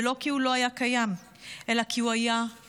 ולא כי הוא לא היה קיים אלא כי הוא היה מושתק.